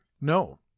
No